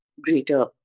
greater